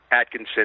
Atkinson